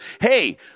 hey